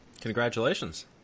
Congratulations